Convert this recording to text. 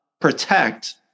protect